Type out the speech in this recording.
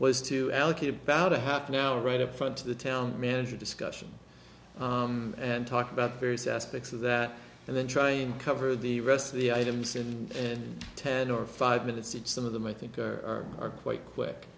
was to allocate about a half an hour right upfront to the town manager discussion and talk about various aspects of that and then try and cover the rest of the items in ten or five minutes and some of them i think are quite quick